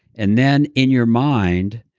and then in your mind,